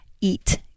eat